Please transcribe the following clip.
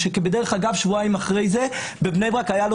דרך אגב שבועיים אחרי זה בבני ברק היה לו